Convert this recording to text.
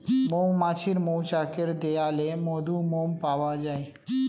মৌমাছির মৌচাকের দেয়ালে মধু, মোম পাওয়া যায়